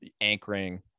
anchoring